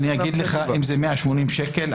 אם זה 180 שקלים,